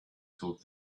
told